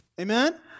Amen